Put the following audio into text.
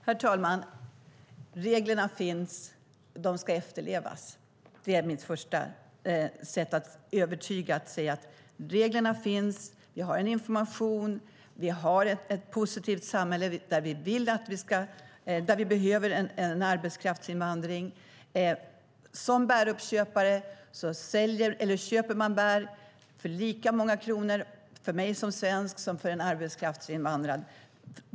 Herr talman! Reglerna finns, och de ska efterlevas. Det är mitt första sätt att övertyga, att säga att reglerna finns. Vi har en information. Vi har ett positivt samhälle, där vi behöver en arbetskraftsinvandring. Som bäruppköpare köper man bär för lika många kronor av mig som svensk som av en arbetskraftsinvandrad.